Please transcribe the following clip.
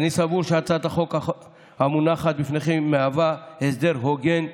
אני סבור שהצעת החוק המונחת בפניכם מהווה הסדר הוגן ומאוזן.